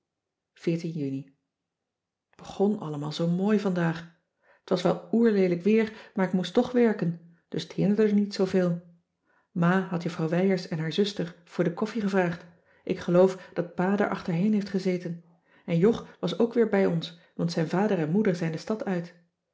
juni t begon allemaal zoo mooi vandaag t was wel oer leelijk weer maar ik moest toch werken dus t hinderde niet zooveel ma had juffrouw wijers en haar zuster voor de koffie gevraagd ik geloof dat pa daar achterheen heeft gezeten en jog was ook weer bij ons want zijn vader en moeder zijn de stad uit